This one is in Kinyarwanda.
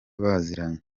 baziranye